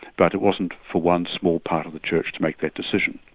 but it wasn't for one small part of the church to make that decision.